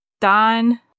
Don